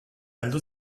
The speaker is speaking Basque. heldu